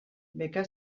beka